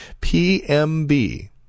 PMB